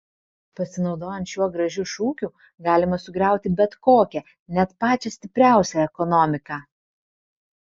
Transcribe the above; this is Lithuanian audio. pasinaudojant šiuo gražiu šūkiu galima sugriauti bet kokią net pačią stipriausią ekonomiką